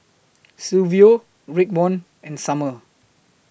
Silvio Raekwon and Summer